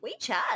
WeChat